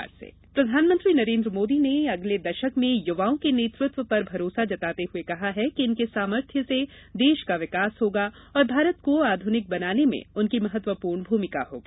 मन की बात प्रधानमंत्री नरेन्द्र मोदी ने अगले दशक में युवाओं के नेतृत्व पर भरोसा जताते हुए कहा है कि इनके सामर्थ्य से देश का विकास होगा और भारत को आधुनिक बनाने में इसकी महत्वपूर्ण भूमिका होगी